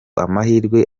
amahirwe